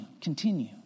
continue